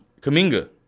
Kaminga